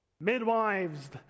Midwives